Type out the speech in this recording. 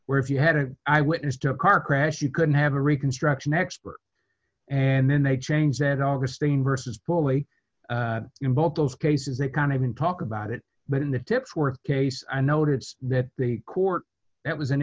where if you had an eyewitness to a car crash you could have a reconstruction expert and then they changed it augustine versus bully in both those cases they can't even talk about it but in the tips were case i noted that the court that was an